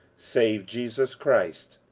save jesus christ,